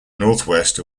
northwest